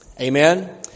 Amen